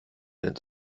ins